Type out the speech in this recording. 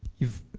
you've,